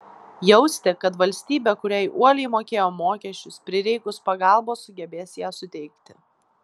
jausti kad valstybė kuriai uoliai mokėjo mokesčius prireikus pagalbos sugebės ją suteikti